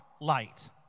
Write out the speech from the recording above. light